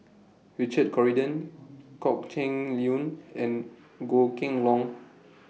Richard Corridon Kok Heng Leun and Goh Kheng Long